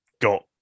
got